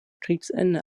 kriegsende